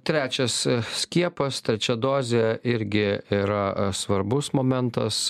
trečias skiepas trečia dozė irgi yra svarbus momentas